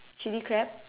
chilli crab